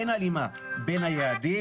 אין הלימה בין היעדים,